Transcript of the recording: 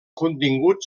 contingut